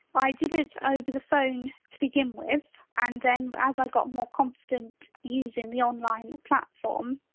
i did it over the phone to begin with and then as i got more confident using the online platform,